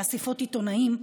באספות עיתונאים,